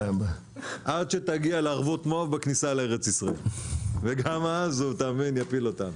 עד שתגיע לערבות מואב בכניסה לארץ ישראל וגם אז יפיל אותנו.